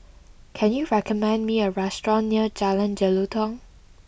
can you recommend me a restaurant near Jalan Jelutong